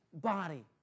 body